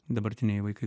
dabartiniai vaikai